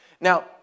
Now